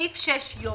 סעיף 6 יורד.